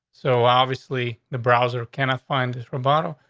so obviously the browser cannot find this room bottle.